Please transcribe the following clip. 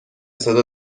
صدا